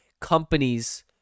companies